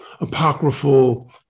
apocryphal